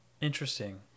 Interesting